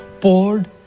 poured